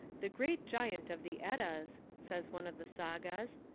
the great giant of the eddas, says one of the sagas,